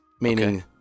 meaning